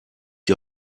die